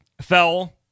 Fell